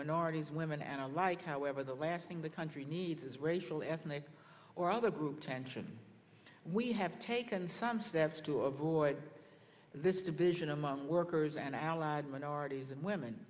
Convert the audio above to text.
minorities women and the like however the last thing the country needs is racial ethnic or other group tension we have taken some steps to avoid this division among workers and allied minorities and women